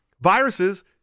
viruses